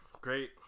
great